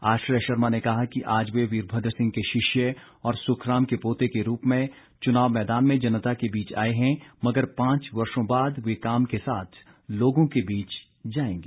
आश्रय शर्मा ने कहा कि आज वे वीरभद्र सिंह के शिष्य और सुखराम के पोते के रूप में चुनाव मैदान में जनता के बीच आए हैं मगर पांच वर्षो बाद वे काम के साथ लोगों के बीच आएंगे